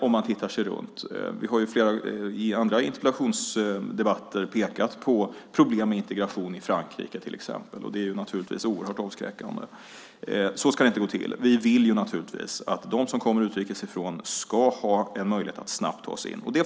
Vi har i andra interpellationsdebatter pekat på problem med integration i Frankrike till exempel, och det är oerhört avskräckande. Så ska det inte gå till. Vi vill naturligtvis att de som kommer utrikes ifrån ska ha en möjlighet att snabbt ta sig in.